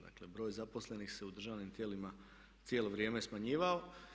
Dakle broj zaposlenih se u državnim tijelima cijelo vrijeme smanjivao.